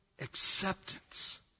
acceptance